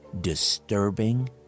disturbing